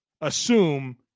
assume